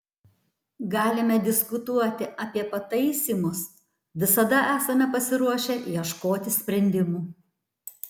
galime diskutuoti apie pataisymus visada esame pasiruošę ieškoti sprendimų